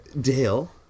Dale